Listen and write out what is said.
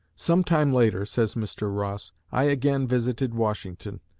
some time later, says mr. ross, i again visited washington.